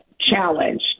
challenge